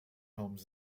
homes